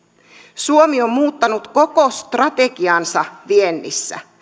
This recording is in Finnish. suomi on muuttanut koko strategiansa viennissä